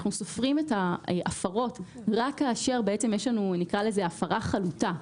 אנחנו סופרים את ההפרות רק כאשר יש לנו - נקרא לזה הפרה חלוטה.